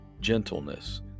gentleness